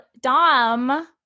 Dom